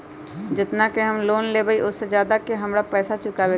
जेतना के हम लोन लेबई ओ से ज्यादा के हमरा पैसा चुकाबे के परी?